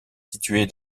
située